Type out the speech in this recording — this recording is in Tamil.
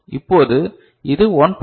இப்போது இது 1